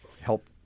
help